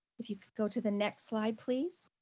if you could go to the next slide, please.